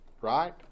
Right